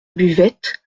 buvette